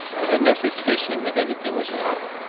i had no suspicion that anything was wrong.